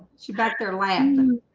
she back there land